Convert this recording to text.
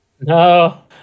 No